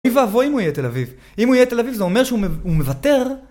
אוי ואבוי אם הוא יהיה תל אביב. אם הוא יהיה תל אביב זה אומר שהוא מוותר